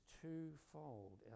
twofold